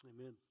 Amen